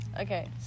Okay